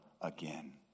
again